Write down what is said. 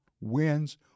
wins